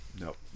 Nope